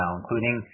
including